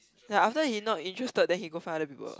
ya after he not interested then he go find other people